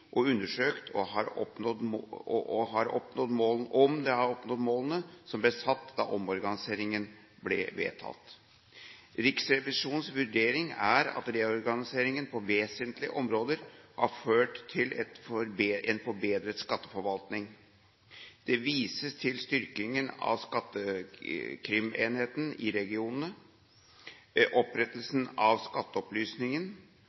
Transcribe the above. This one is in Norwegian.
oppnådd målene som ble satt da omorganiseringen ble vedtatt. Riksrevisjonens vurdering er at reorganiseringen på vesentlige områder har ført til en forbedret skatteforvaltning. Det vises til styrkingen av skattekrimenhetene i regionene,